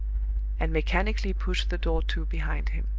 and mechanically pushed the door to behind him.